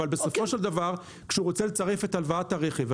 אבל בסופו של דבר כשהוא רוצה לצרף את הלוואת הרכב,